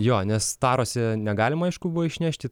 jo nes tarose negalima aišku buvo išnešti